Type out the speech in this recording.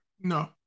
No